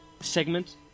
segment